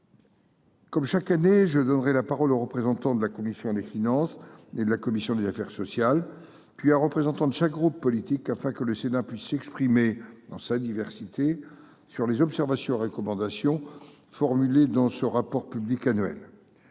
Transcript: Comme chaque année, je donnerai la parole aux présidents de la commission des finances et de la commission des affaires sociales, puis à un représentant de chaque groupe politique, afin que le Sénat puisse s’exprimer, dans toute sa diversité, sur les observations et recommandations formulées dans ce rapport public annuel.